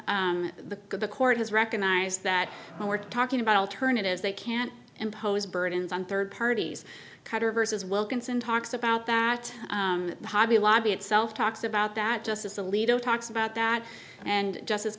to the court has recognized that when we're talking about alternatives they can't impose burdens on third parties cutter versus wilkinson talks about that hobby lobby itself talks about that justice alito talks about that and just as